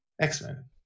X-Men